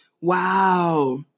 Wow